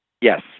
Yes